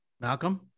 Malcolm